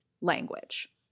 language